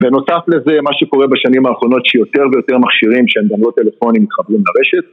ונותף לזה מה שקורה בשנים האחרונות שיותר ויותר מכשירים שהם גם לא טלפונים מתחברים לרשת